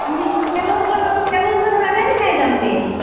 আমি তেলৰ ঘৰৰ তেলৰ ভাৰৰ আগাদিনাই যাম দে